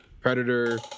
Predator